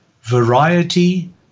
Variety